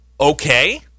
okay